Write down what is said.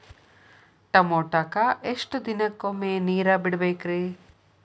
ಟಮೋಟಾಕ ಎಷ್ಟು ದಿನಕ್ಕೊಮ್ಮೆ ನೇರ ಬಿಡಬೇಕ್ರೇ?